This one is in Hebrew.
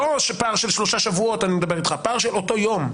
אני לא מדבר איתך על פער של שלושה שבועות אלא אותו יום.